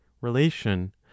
relation